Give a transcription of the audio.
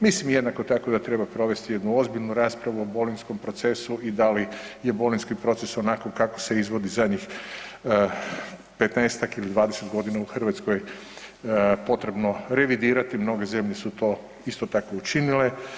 Mislim jednako tako da treba provesti jednu ozbiljnu raspravu o bolonjskom procesu i da li je bolonjski proces onako kako se izvodi zadnjih 15-tak ili 20.g. u Hrvatskoj potrebno revidirati, mnoge zemlje su to isto tako učinile.